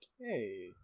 Hey